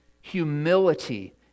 humility